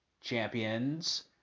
champions